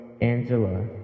Angela